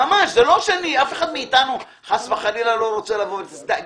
אף אחד מאיתנו חס וחלילה לא רוצה די,